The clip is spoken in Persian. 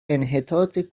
انحطاط